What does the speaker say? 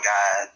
God